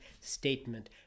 statement